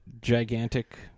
gigantic